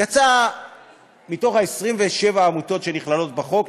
יצא שמתוך 27 העמותות שנכללות בחוק,